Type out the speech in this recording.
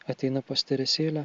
ateina pas teresėlę